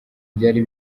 byari